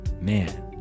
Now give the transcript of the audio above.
Man